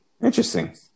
Interesting